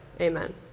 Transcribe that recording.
Amen